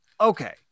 okay